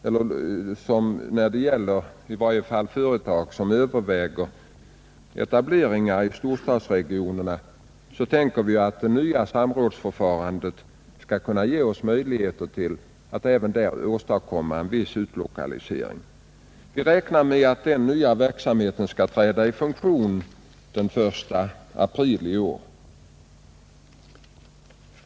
Åtminstone när det gäller företag som överväger etablering i storstadsområdena tror vi att det nya samrådsförfarandet skall kunna ge oss möjligheter att åstadkomma en viss utlokalisering. Vi räknar med att denna nya verksamhet skall träda i funktion den 1 april i år.